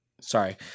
Sorry